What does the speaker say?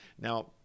Now